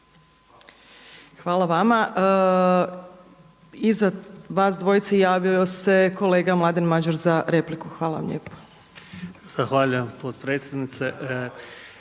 Hvala vama. Iza vas dvojce javio se kolega Mladen Madjer za repliku. Hvala vam lijepa. **Madjer, Mladen